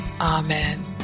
Amen